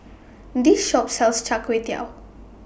This Shop sells Char Kway Teow